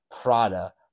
Prada